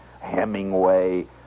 Hemingway